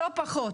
לא פחות.